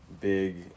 big